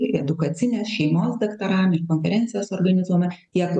edukacines šeimos daktaram konferencijas organizuojam tiek